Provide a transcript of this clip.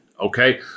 okay